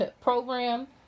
program